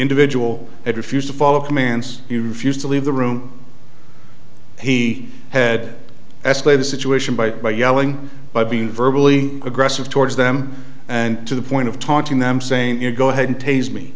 individual had refused to follow commands he refused to leave the room he had escalated situation by by yelling by being virtually aggressive towards them and to the point of taunting them saying you go ahead and tase me